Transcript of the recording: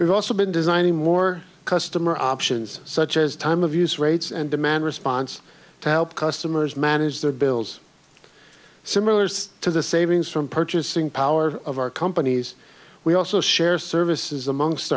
we've also been designing more customer options such as time of use rates and demand response to help customers manage their bills similar to the savings from purchasing power of our companies we also share services amongst